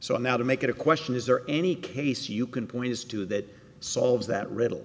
so now to make it a question is there any case you can point as to that solves that riddle